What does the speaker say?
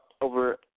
over